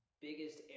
biggest